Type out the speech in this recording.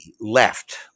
left